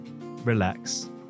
relax